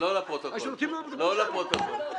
לא לפרוטוקול.